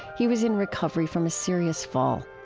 he was in recovery from a serious fall.